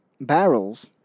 barrels